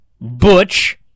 Butch